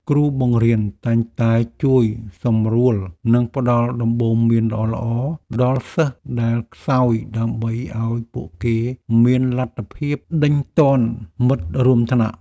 គ្រូបង្រៀនតែងតែជួយសម្រួលនិងផ្ដល់ដំបូន្មានល្អៗដល់សិស្សដែលខ្សោយដើម្បីឱ្យពួកគេមានលទ្ធភាពដេញទាន់មិត្តរួមថ្នាក់។